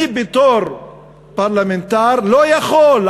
אני בתור פרלמנטר לא יכול,